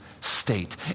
state